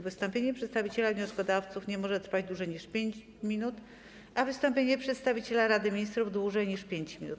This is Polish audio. Wystąpienie przedstawiciela wnioskodawców nie może trwać dłużej niż 5 minut, a wystąpienie przedstawiciela Rady Ministrów - dłużej niż 5 minut.